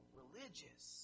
religious